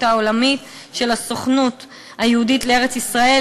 העולמית ושל הסוכנות היהודית לארץ-ישראל,